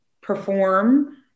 perform